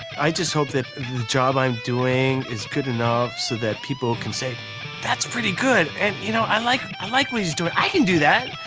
i just hope that the job i'm doing is good enough so people can say that's pretty good and you know i like i like what he's doing. i can do that.